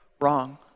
wrong